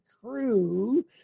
Crew